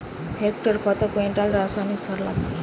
হেক্টরে কত কুইন্টাল রাসায়নিক সার লাগবে?